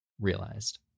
realized